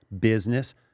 business